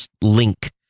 link